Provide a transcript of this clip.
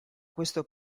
questo